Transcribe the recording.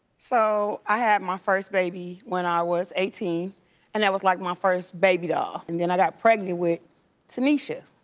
so, i had my first baby when i was eighteen and that was like my first baby doll. and then i got pregnant with tanisha